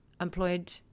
employed